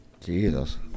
Jesus